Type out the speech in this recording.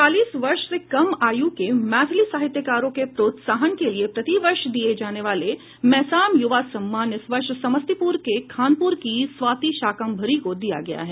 चालीस वर्ष से कम आयु के मैथिली साहित्यकारों के प्रोत्साहन के लिए प्रतिवर्ष दिया जाने वाला मैसाम युवा सम्मान इस वर्ष समस्तीपुर के खानपुर की स्वाती शाकम्भरी को दिया गया है